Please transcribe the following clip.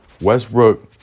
Westbrook